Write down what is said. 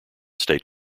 state